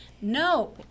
No